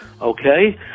Okay